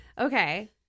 Okay